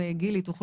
גילי או את,